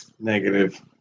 Negative